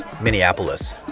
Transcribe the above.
Minneapolis